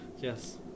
Yes